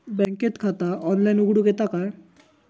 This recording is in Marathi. बँकेत खाता ऑनलाइन उघडूक येता काय?